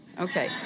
okay